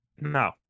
no